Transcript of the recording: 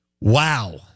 Wow